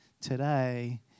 today